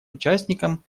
участникам